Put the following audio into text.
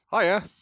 Hiya